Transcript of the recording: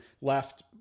left